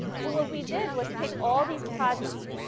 so what we did was take all these progeny,